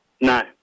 No